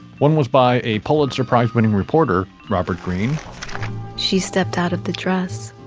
one was by a pulitzer prize winning reporter, robert green she stepped out of the dress.